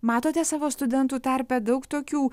matote savo studentų tarpe daug tokių